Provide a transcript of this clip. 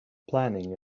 planning